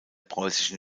preußischen